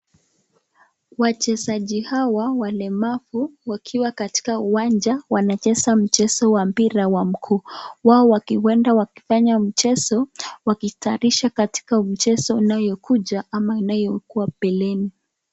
Wachezaji hawa walemavu wakiwa katika uwanja wanacheza mchezo wa mpira wa mguu, wao ueda wakifanya mchezo wakitayarisha katika mchezo inayokuja ama inayokuwa mbeleni.